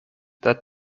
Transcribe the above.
that